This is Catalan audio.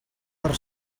per